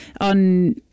on